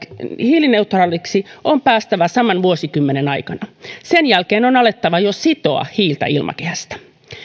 hiilineutraaliksi on päästävä saman vuosikymmenen aikana sen jälkeen on alettava jo sitoa hiiltä ilmakehästä